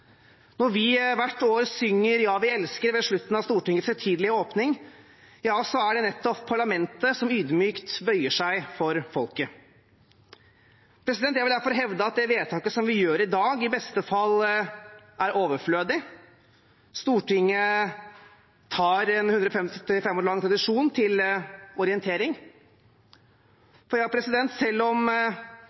Når vi hvert år synger «Ja, vi elsker» ved slutten av Stortingets høytidelige åpning, er det nettopp parlamentet som ydmykt bøyer seg for folket. Jeg vil derfor hevde at det vedtaket som vi gjør i dag, i beste fall er overflødig. Stortinget tar en 155 år lang tradisjon til orientering. For selv om